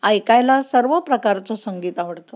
ऐकायला सर्व प्रकारचं संगीत आवडतं